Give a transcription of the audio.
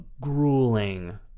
grueling